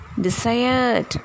Desired